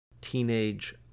teenage